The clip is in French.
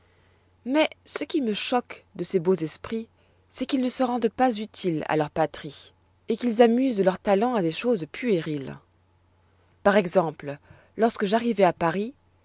mais ce qui me choque de ces beaux esprits c'est qu'ils ne se rendent pas utiles à leur patrie et qu'ils amusent leurs talents à des choses puériles par exemple lorsque j'arrivai à paris